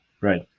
Right